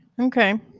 Okay